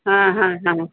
हां हां हां